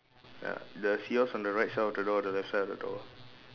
ya does yours on the right side of the door or the left side of the door